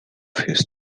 his